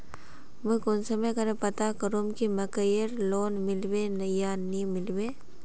मुई कुंसम करे पता करूम की मकईर लोन मिलबे या नी मिलबे?